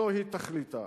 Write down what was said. זוהי תכליתה.